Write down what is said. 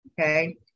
Okay